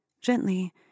gently